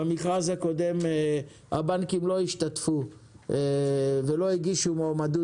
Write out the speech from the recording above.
במכרז הקודם הבנקים לא השתתפו ולא הגישו מועמדות.